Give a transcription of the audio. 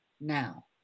now